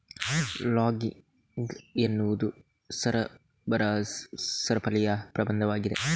logging ಎನ್ನುವುದು ಸರಬರಾಜು ಸರಪಳಿಯ ಪ್ರಾರಂಭವಾಗಿದೆ